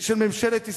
של ממשלת ישראל,